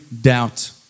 doubt